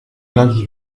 lundi